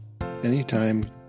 anytime